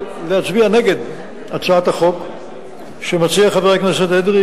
להצביע נגד הצעת החוק שמציע חבר הכנסת אדרי,